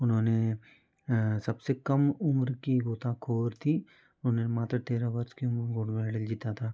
उन्होंने सबसे कम उम्र की गोताख़ोर थी उन्होंने मात्र तेरह वर्ष की उम्र में गोल्ड मेडल जीता था